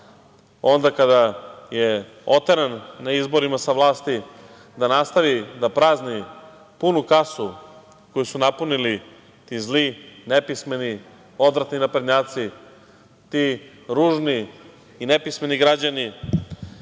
onda kada je oteran na izborima sa vlasti, da nastavi da prazni punu kasu koju su napunili ti zli, nepismeni, odvratni naprednjaci, ti ružni i nepismeni građani,